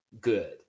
good